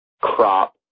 crop